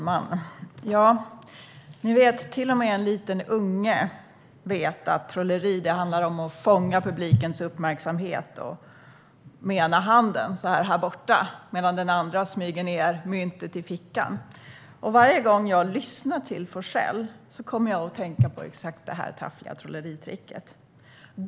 Herr talman! Till och med en liten unge vet att trolleri handlar om att fånga publikens uppmärksamhet med den ena handen - här borta! - medan den andra handen smyger ned myntet i fickan. Varje gång jag lyssnar till Forssell kommer jag att tänka på exakt det här taffliga trolleritricket.